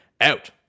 out